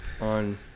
on